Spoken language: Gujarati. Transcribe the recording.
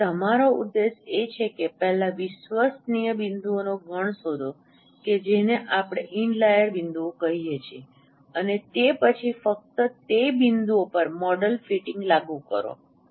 તેથી તમારો ઉદ્દેશ એ છે કે પહેલા વિશ્વસનીય બિંદુઓનો ગણ શોધો કે જેને આપણે ઇનલાઈર બિંદુઓ કહીએ છે અને તે પછી ફક્ત તે બિંદુઓ પર જ મોડેલ ફિટિંગ લાગુ કરો